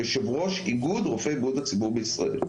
כיושב-ראש איגוד רופאי בריאות הציבור בישראל.